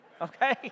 okay